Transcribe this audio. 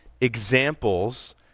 examples